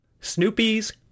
Snoopy's